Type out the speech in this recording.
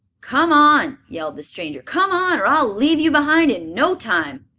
come on! yelled the stranger. come on, or i'll leave you behind in no time!